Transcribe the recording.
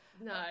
No